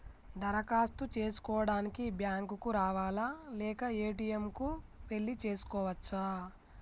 దరఖాస్తు చేసుకోవడానికి బ్యాంక్ కు రావాలా లేక ఏ.టి.ఎమ్ కు వెళ్లి చేసుకోవచ్చా?